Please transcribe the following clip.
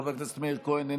חבר הכנסת מאיר כהן,